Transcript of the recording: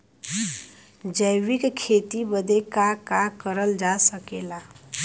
जैविक खेती बदे का का करल जा सकेला?